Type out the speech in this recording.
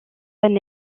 même